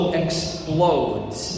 explodes